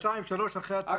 שנתיים או שלוש שנים אחרי הצבא,